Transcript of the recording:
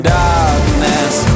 darkness